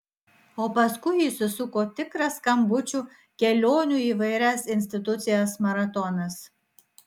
o paskui įsisuko tikras skambučių kelionių į įvairias institucijas maratonas